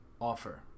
offer